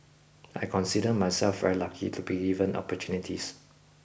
I consider myself very lucky to be given opportunities